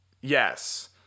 yes